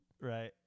Right